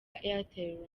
airtel